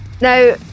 Now